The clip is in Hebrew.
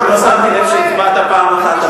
רק לא שמתי לב שהצבעת פעם אחת עבורו,